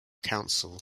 council